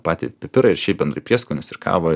patį pipirą ir šiaip bendrai prieskonius ir kavą